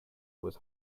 was